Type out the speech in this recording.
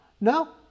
No